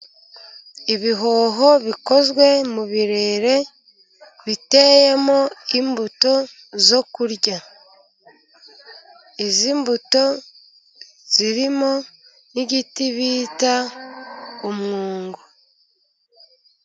Ibihoho bikozwe mu birere, biteyemo imbuto zo kurya, izi mbuto zirimo n'igiti bita umwungo.